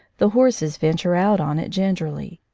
the horses venture out on it gingerly.